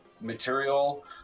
material